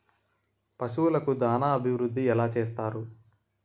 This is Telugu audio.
పశువులకు దాన అభివృద్ధి ఎలా చేస్తారు?